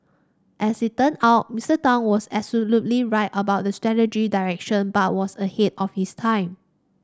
as it turned out Mister Tang was absolutely right about the strategic direction but was ahead of his time